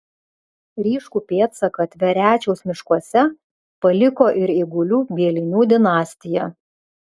ryškų pėdsaką tverečiaus miškuose paliko ir eigulių bielinių dinastija